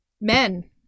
men